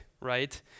right